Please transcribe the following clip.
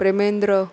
Premendra